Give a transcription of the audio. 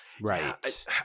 right